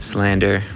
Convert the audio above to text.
Slander